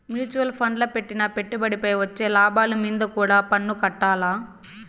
mutual ఫండ్ల పెట్టిన పెట్టుబడిపై వచ్చే లాభాలు మీంద కూడా పన్నుకట్టాల్ల